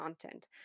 content